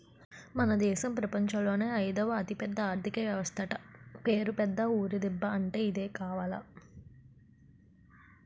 మన దేశం ప్రపంచంలోనే అయిదవ అతిపెద్ద ఆర్థిక వ్యవస్థట పేరు పెద్ద ఊరు దిబ్బ అంటే ఇదే కావాల